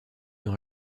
dans